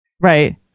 Right